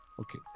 okay